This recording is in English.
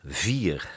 vier